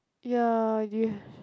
ya